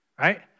right